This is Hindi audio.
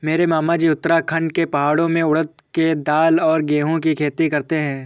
मेरे मामाजी उत्तराखंड के पहाड़ों में उड़द के दाल और गेहूं की खेती करते हैं